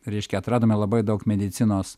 reiškia atradome labai daug medicinos